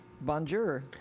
Bonjour